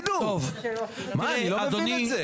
תגידו, מה, אני לא מבין את זה.